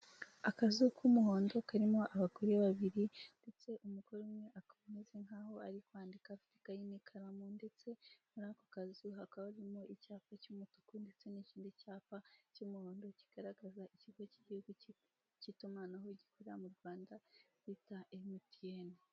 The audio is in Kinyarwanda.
Akazu k'umuhondo karimo abagore babiri ndetse umugore umwe akaba ameze nkaho ari kwandika afite ikayi n'ikaramu ndetse muri ako kazu hakaba harimo icyapa cy'umutuku ndetse n'ikindi cy'umuhondo kigaragaza ikogo k'igihugu k'itumanaho gikorera mu Rwanda bita emutiyeni.